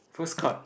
first card